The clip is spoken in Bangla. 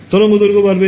তরঙ্গ দৈর্ঘ্য বাড়বে